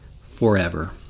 forever